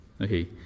Okay